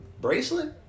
bracelet